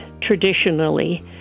traditionally